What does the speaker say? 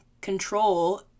control